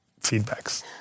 feedbacks